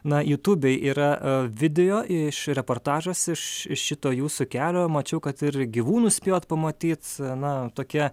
na jutubėj yra video iš reportažas iš šito jūsų kelio mačiau kad ir gyvūnų spėjot pamatyt na tokia